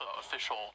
official